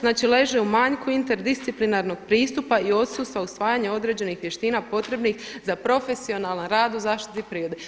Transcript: Znači leže u manjku interdisciplinarnog pristupa i odsustva, usvajanja određenih vještina potrebnih za profesionalan rad u zaštiti prirode.